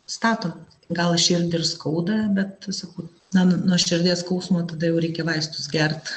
statom gal širdį ir skauda bet sakau na nuo širdies skausmo tada jau reikia vaistus gert